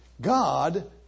God